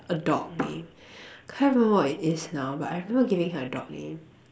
a dog name can't remember what it is now but I remember giving her a dog name